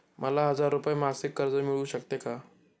मला हजार रुपये मासिक कर्ज मिळू शकते का?